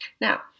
Now